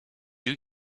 you